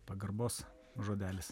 pagarbos žodelis